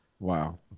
Wow